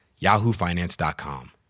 yahoofinance.com